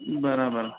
બરાબર